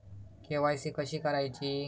KYC कशी करायची?